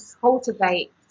cultivate